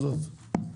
כן.